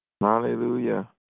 Hallelujah